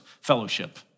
Fellowship